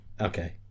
Okay